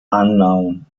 unknown